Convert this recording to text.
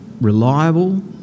reliable